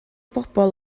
bobl